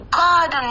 god